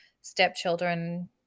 stepchildren